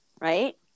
right